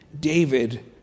David